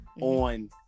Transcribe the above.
on